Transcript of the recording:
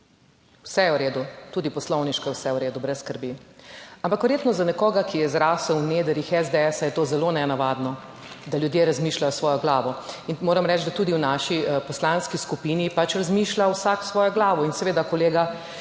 vse je v redu, tudi poslovniško je vse v redu, brez skrbi, ampak verjetno za nekoga, ki je zrasel v nedrjih SDS, je to zelo nenavadno, da ljudje razmišljajo s svojo glavo in moram reči, da tudi v naši poslanski skupini pač razmišlja vsak s svojo glavo. In seveda kolega,